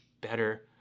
better